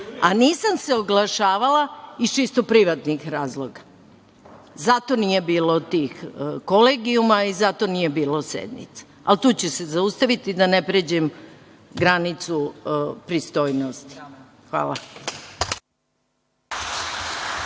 odluku. Nisam se oglašavala iz čisto privatnih razloga. Zato nije bilo tih kolegijuma i zato nije bilo sednica. Ali tu ću se zaustaviti da ne pređem granicu pristojnosti. Hvala.(Saša